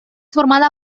formada